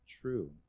true